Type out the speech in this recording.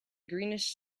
greenish